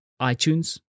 iTunes